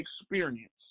experience